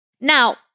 Now